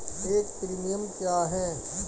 एक प्रीमियम क्या है?